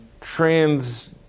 trans